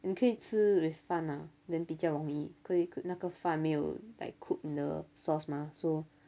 你可以吃 with 饭啊 then 比较容易可以那个饭没有 like cook in the sauce mah so